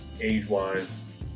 age-wise